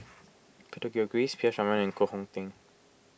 Peter Gilchrist P S Raman and Koh Hong Teng